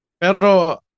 Pero